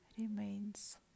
Remains